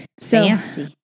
fancy